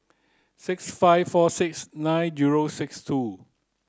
six five four six nine zero six two